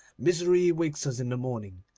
misery wakes us in the morning,